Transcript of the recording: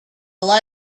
lead